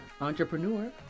entrepreneur